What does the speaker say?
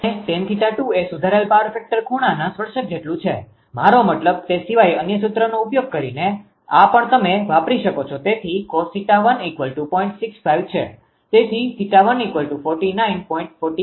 અને tan𝜃2 એ સુધારેલ પાવર ફેક્ટર ખૂણાના સ્પર્શક જેટલું છે મારો મતલબ તે સિવાય અન્ય સૂત્રનો ઉપયોગ કરીને આ પણ તમે વાપરી શકો છો તેથી cos𝜃10